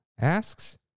Asks